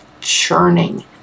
churning